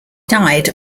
died